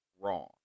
wrong